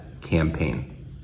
campaign